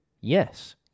yes